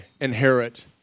inherit